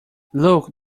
look